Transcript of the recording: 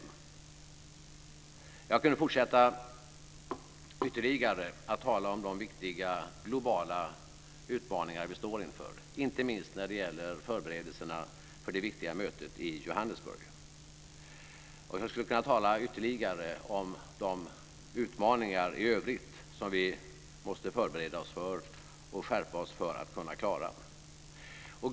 Jag skulle kunna fortsätta med att ytterligare tala om de viktiga globala utmaningar som vi står inför, inte minst när det gäller förberedelserna för det viktiga mötet i Johannesburg. Jag skulle också kunna tala ytterligare om de utmaningar i övrigt som vi måste förbereda oss på och där vi måste skärpa oss för att kunna klara dem.